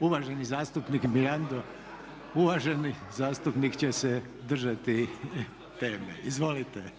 Uvaženi zastupnik Mirando, uvaženi zastupnik će se držati teme. **Mrsić, Mirando (SDP)**